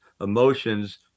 emotions